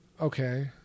Okay